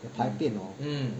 你的排便 hor